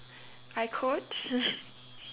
I coach